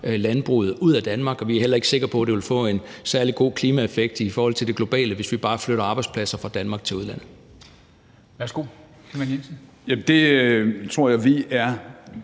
landbruget ud af Danmark, og vi er heller ikke sikre på, at det vil få en særlig god klimaeffekt i forhold til det globale, hvis vi bare flytter arbejdspladser fra Danmark til udlandet. Kl. 14:13 Formanden